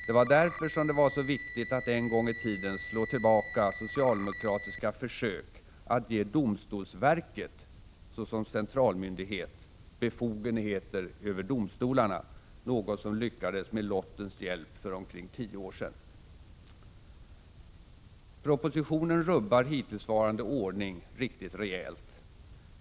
Det var därför som det var så viktigt att en gång i tiden slå tillbaka socialdemokratiska försök att ge domstolsverket såsom centralmyndighet befogenheter över domstolarna, något som lyckades med lottens hjälp för omkring tio år sedan. Propositionen rubbar hittillsvarande ordning riktigt rejält.